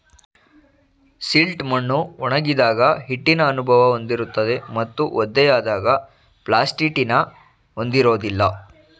silt ಮಣ್ಣು ಒಣಗಿದಾಗ ಹಿಟ್ಟಿನ ಅನುಭವ ಹೊಂದಿರುತ್ತದೆ ಮತ್ತು ಒದ್ದೆಯಾದಾಗ ಪ್ಲಾಸ್ಟಿಟಿನ ಹೊಂದಿರೋದಿಲ್ಲ